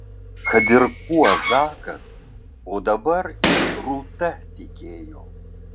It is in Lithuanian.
kad ir kuo zakas o dabar ir rūta tikėjo